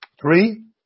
Three